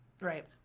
Right